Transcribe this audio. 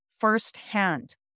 firsthand